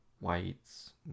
whites